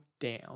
down